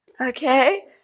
Okay